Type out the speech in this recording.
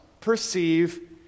perceive